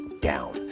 down